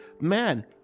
man